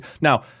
now